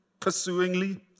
pursuingly